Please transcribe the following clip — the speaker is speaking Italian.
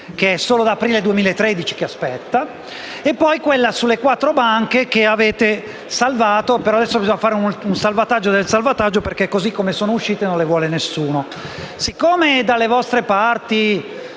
che è solo dall'aprile 2013 che aspetta, e poi quella sulle quattro banche che avete salvato e per le quali adesso bisogna fare un salvataggio del salvataggio, perché così come ne sono uscite non le vuole nessuno.